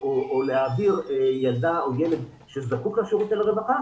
להעביר ילדה או ילד שזקוק לשירות של הרווחה